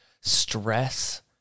stress